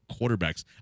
quarterbacks